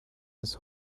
his